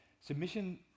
Submission